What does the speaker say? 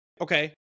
Okay